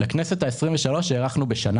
לכנסת ה-23 הארכנו בשנה